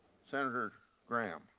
senator graham.